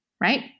Right